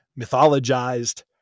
mythologized